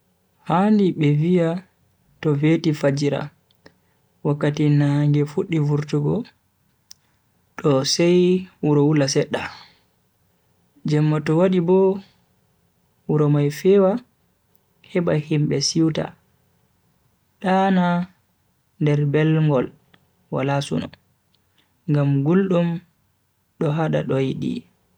Handi be viya to veti fajjira wakki nange fuddi vurtugo do sai wuro wula sedda. jemma to wadi bo wuro mai fewa heba himbe siwta, dana nder belngol wala suno, ngam guldum do hada doidi.